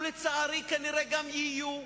ולצערי כנראה גם יהיו.